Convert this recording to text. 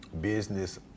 business